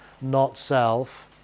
not-self